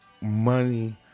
money